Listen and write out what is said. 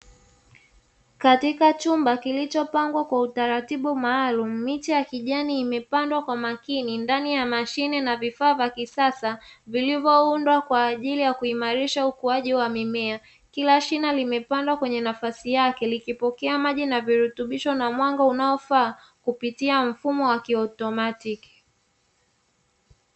Katika chumba kilichopangwa kwa utaratibu maalumu, miche ya kijani imepandwa kwa makini ndani ya mashine na vifaa vya kisasa vilivyoundwa kwa ajili ya kuimarisha ukuaji wa mimea. Kila shina limepandwa kwenye nafasi yake likipokea maji na virutubisho na mwanga unaofaa kupitia mfumo wa kiautomatiki.